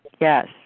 yes